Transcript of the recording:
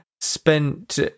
spent